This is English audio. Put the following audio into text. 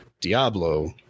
Diablo